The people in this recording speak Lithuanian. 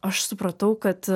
aš supratau kad